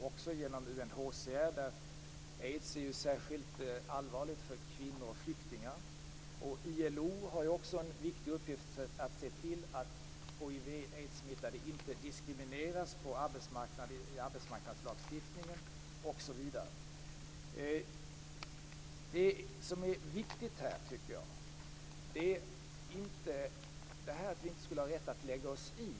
Aids är ju särskilt allvarligt för kvinnor och flyktingar. ILO har har också en viktig uppgift i att se till att hiv/aidssmittade inte diskrimineras i arbetsmarknadslagstiftningen osv. Det som jag tycker är viktigt är inte detta med att vi inte skulle ha rätt att lägga oss i.